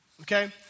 Okay